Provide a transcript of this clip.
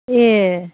ए